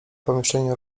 pomieszczeniu